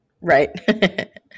Right